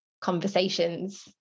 conversations